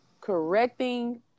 correcting